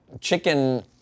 chicken